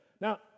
Now